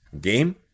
game